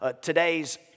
Today's